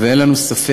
ואין לנו ספק,